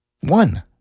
one